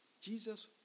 Jesus